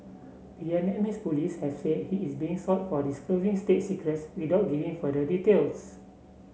Vietnamese police have said he is being sought for disclosing state secrets without giving further details